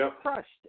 crushed